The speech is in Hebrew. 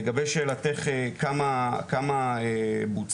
לגבי שאלתך כמה בוצע,